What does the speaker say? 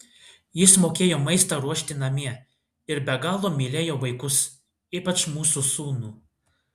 jis mokėjo maistą ruošti namie ir be galo mylėjo vaikus ypač mūsų sūnų